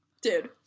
dude